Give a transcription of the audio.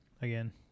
Again